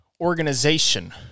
organization